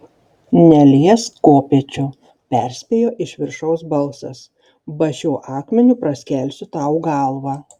neliesk kopėčių perspėjo iš viršaus balsas ba šiuo akmeniu praskelsiu tau galvą